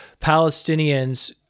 Palestinians